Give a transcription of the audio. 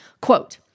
Quote